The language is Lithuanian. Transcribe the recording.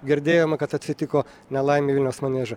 girdėjome kad atsitiko nelaimė vilniaus manieže